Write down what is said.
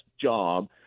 job